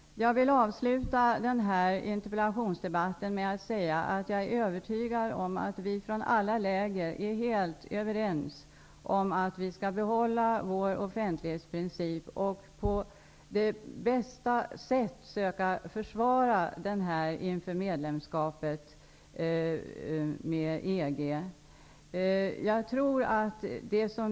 Jag vill avsluta den här interpellationsdebatten med att säga att jag är övertrygad om att vi från alla läger är helt överens om att vi skall behålla vår offentlighetsprincip och på bästa sätt försöka försvara den inför medlemskapet i EG.